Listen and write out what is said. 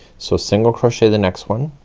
so single crochet the next one,